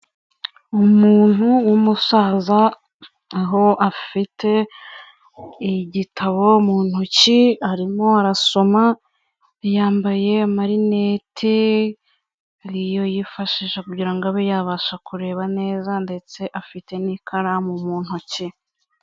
Umuntu w'umusaza aho afite igitabo mu ntoki, arimo arasoma, yambaye marinete, ari yo yifashisha kugira ngo abe yabasha kureba neza, ndetse afite n'ikaramu mu ntoki.